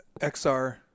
XR